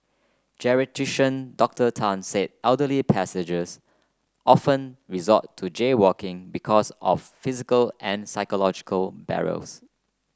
Geriatrician Doctor Tan said elderly pedestrians often resort to jaywalking because of physical and psychological barriers